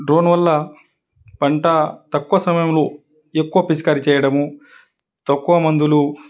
drone వల్ల పంట తక్కువ సమయంలో ఎక్కువ పిచికారీ చేయడమూ తక్కువ మందులు